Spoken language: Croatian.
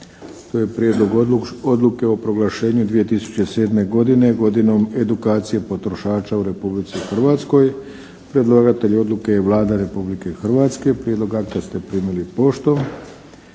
To je –- Prijedlog odluke o proglašenju 2007. godine "godinom edukacije potrošača u Republici Hrvatskoj" Predlagatelj odluke je Vlada Republike Hrvatske. Prijedlog akta se primili poštom.